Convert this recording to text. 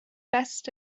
best